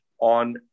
On